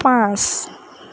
পাঁচ